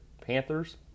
Panthers